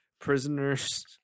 prisoners